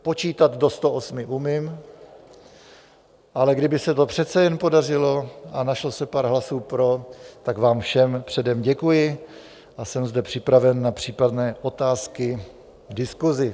Počítat do sto osmi umím, ale kdyby se to přece jen podařilo a našlo se pár hlasů pro, tak vám všem předem děkuji a jsem zde připraven na případné otázky v diskusi.